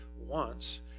wants